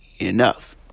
enough